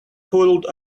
pulled